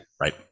Right